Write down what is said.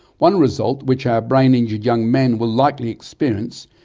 one result, which our brain injured young men will likely experience,